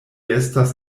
estas